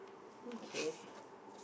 okay